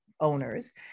owners